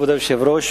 כבוד היושב-ראש,